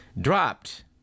dropped